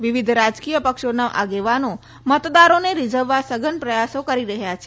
વિવિધ રાજકીય પક્ષોના આગેવાનો મતદારોને રીઝવવા સઘન પ્રયાસો કરી રહયાં છે